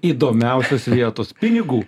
įdomiausios vietos pinigų